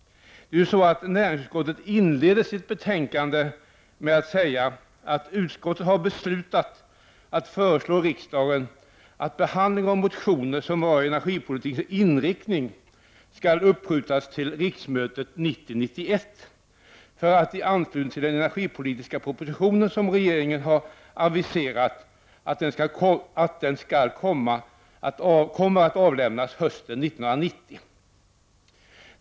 Näringsutskottet inleder sitt betänkande med: ”Utskottet har beslutat att föreslå riksdagen att behandlingen av motioner som rör energipolitikens inriktning skall uppskjutas till riksmötet 1990/91, för att tas upp i anslutning till den energipolitiska proposition som regeringen har aviserat att den kommer att avlämna hösten 1990.